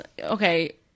okay